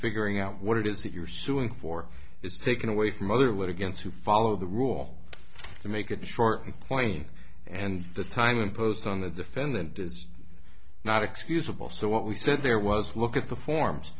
figuring out what it is that you're suing for is taken away from other let against who follow the rule to make it short and plain and the time imposed on the defendant is not excusable so what we said there was look at the forms